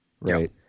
right